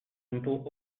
impôts